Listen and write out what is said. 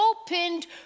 opened